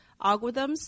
algorithms